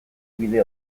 bide